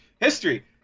history